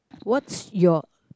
what's your